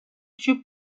tuent